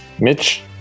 Mitch